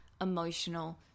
emotional